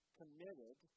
committed